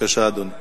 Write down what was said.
כדי לחסוך,